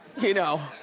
you know?